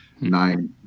Nine